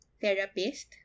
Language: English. therapist